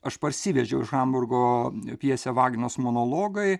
aš parsivežiau iš hamburgo pjesę vaginos monologai